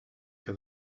que